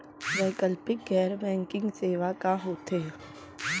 वैकल्पिक गैर बैंकिंग सेवा का होथे?